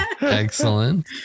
Excellent